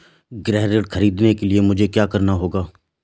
गृह ऋण ख़रीदने के लिए मुझे क्या करना होगा?